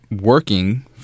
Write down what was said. working